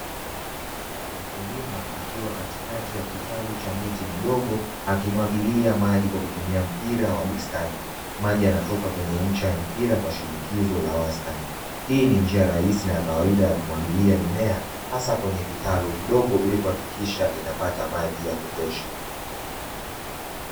Mkulima akiwa katikati ya kitalu cha miti midogo, akimwagilia maji kwa kutumia mpira wa bustani. Maji yanatoka kwenye ncha ya mpira kwa shinikizo la wastani. Hii ni njia rahisi na ya kawaida ya kumwagilia mimea hasa kwenye vitalu vidogo, ili kuhakikisha inapata maji ya kutosha.